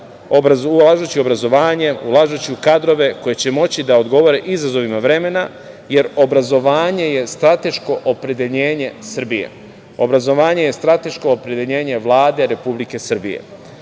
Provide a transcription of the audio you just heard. ulažući u obrazovanje, ulažući u kadrove koji će moći da odgovore izazovima vremena, jer obrazovanje je strateško opredeljenje Srbije, obrazovanje je strateško opredeljenje Vlade Republike Srbije. Kako